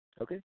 okay